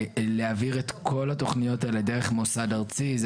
להעביר את כל האלה דרך מוסד ארצי זה